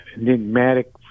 enigmatic